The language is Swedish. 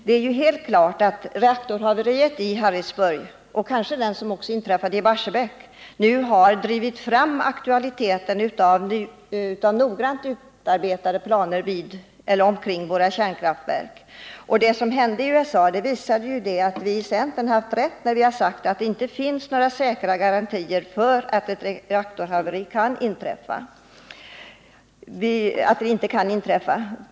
Det är helt klart att reaktorhaveriet utanför Harrisburg — och kanske även det som inträffade i Barsebäck — har aktualiserat behovet av noggrant utarbetade planer för hur man skall klara sådana här händelser. Det som hände i USA visade att vi i centern har haft rätt när vi sagt att det inte finns några garantier för att ett reaktorhaveri inte kan inträffa.